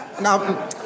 Now